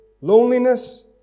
loneliness